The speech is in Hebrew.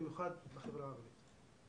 במיוחד בחברה הערבית.